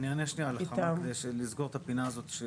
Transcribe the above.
אני אענה שנייה על החמ"ל כדי לסגור את הפינה הזאת.